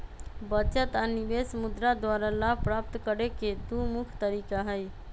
बचत आऽ निवेश मुद्रा द्वारा लाभ प्राप्त करेके दू मुख्य तरीका हई